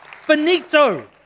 Finito